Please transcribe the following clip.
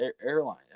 airline